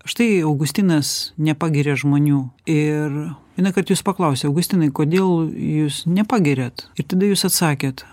štai augustinas nepagiria žmonių ir vienąkart jus paklausė augustinai kodėl jūs nepagiriat ir tada jūs atsakėt